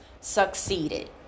succeeded